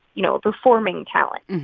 you know, a performing talent.